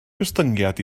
gostyngiad